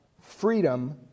freedom